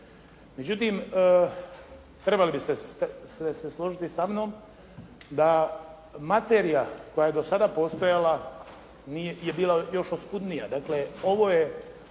Međutim, trebali biste se složiti sa mnom da materija koja je do sada postojala je bila još oskudnija,